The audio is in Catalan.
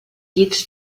llits